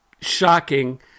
shocking